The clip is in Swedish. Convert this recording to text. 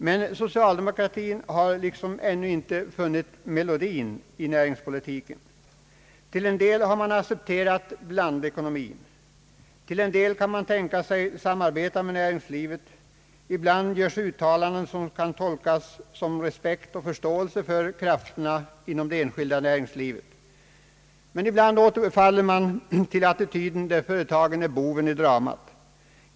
Men socialdemokratin har ännu inte funnit melodin i näringspolitiken. Till en del har man accepterat blandekonomin, till en del kan man tänka sig samarbeta med näringslivet. Ibland görs uttalanden som kan tolkas som uttryck för respekt och förståelse för krafterna inom det enskilda näringslivet. Men ibland återfaller man till den gamla attityden, där företagen är boven i dramat.